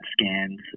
scans